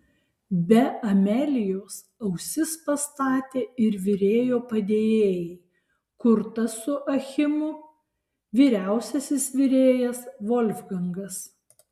be amelijos ausis pastatė ir virėjo padėjėjai kurtas su achimu vyriausiasis virėjas volfgangas